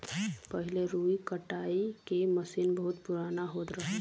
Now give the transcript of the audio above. पहिले रुई कटाई के मसीन बहुत पुराना होत रहल